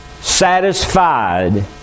satisfied